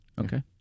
Okay